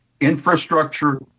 infrastructure